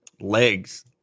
Legs